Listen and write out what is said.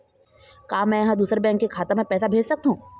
का मैं ह दूसर बैंक के खाता म पैसा भेज सकथों?